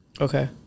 Okay